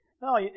No